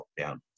lockdown